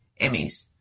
Emmys